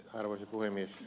arvoisa puhemies